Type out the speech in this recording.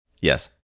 Yes